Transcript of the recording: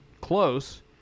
close